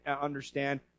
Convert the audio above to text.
understand